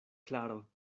klaro